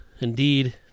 indeed